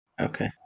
Okay